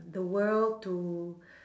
the world to